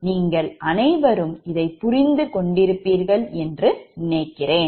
நீங்கள் அனைவரும் இதை புரிந்து கொண்டிருப்பீர்கள் என்று நினைக்கிறேன்